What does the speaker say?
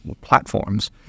platforms